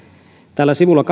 täällä sivulla